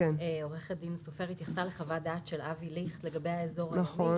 עו"ד סופר התייחסה לחוות דעת של אבי ליכט לגבי האזור הימי,